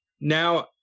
Now